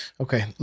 Okay